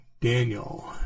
Daniel